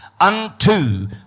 unto